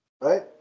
Right